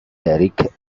eric